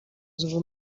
ziva